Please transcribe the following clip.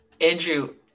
Andrew